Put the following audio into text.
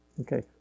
okay